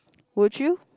would you